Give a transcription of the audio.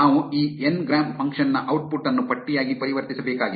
ನಾವು ಈ N gram function ನ ಔಟ್ಪುಟ್ ಅನ್ನು ಪಟ್ಟಿಯಾಗಿ ಪರಿವರ್ತಿಸಬೇಕಾಗಿದೆ